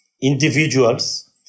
individuals